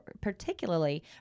particularly